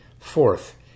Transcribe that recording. fourth